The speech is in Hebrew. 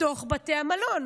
בתוך בתי המלון,